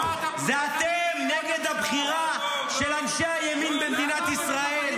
זה אתם נגד הבחירה של אנשי הימין במדינת ישראל.